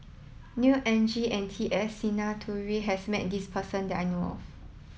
Neo Anngee and T S Sinnathuray has met this person that I know of